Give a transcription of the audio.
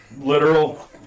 literal